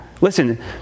Listen